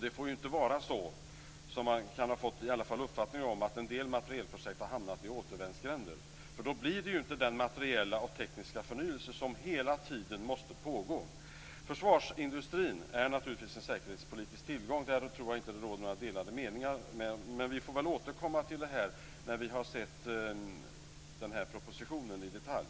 Det får inte vara så, som man kan ha fått en uppfattning om, att en del materielprojekt har hamnat i återvändsgränder. Då blir det inte den materiella och tekniska förnyelse som hela tiden måste pågå. Försvarsindustrin är naturligtvis en säkerhetspolitisk tillgång - jag tror inte att det råder delade meningar om det. Men vi får återkomma till det här när vi har sett propositionen i detalj.